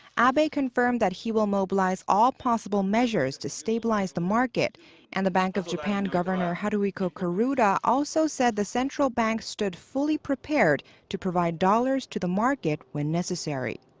abe abe confirmed that he will mobilize all possible measures to stabilize the market and the bank of japan governor haruhiko kuroda also said the central bank stood fully prepared to provide dollars to the market when necessary.